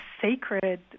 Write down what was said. sacred